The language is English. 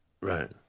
right